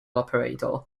operator